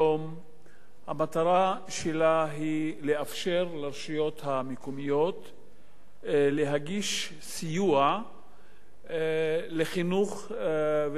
מטרתה לאפשר לרשויות המקומיות להגיש סיוע לחינוך ולהשכלה הגבוהה,